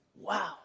Wow